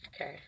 Okay